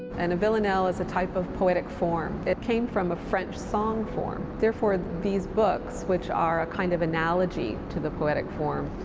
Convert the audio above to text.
and a villanelle is a type of poetic form. it came from a french song form. therefore, these books, which are a kind of analogy to the poetic form,